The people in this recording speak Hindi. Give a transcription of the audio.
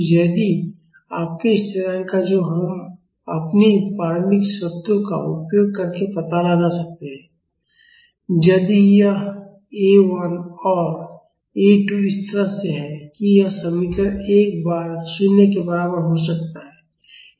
तो यदि आपके स्थिरांक जो हम अपनी प्रारंभिक शर्तों का उपयोग करके पता लगा सकते हैं यदि यह A1 और A2 इस तरह से हैं कि यह समीकरण एक बार 0 के बराबर हो सकता है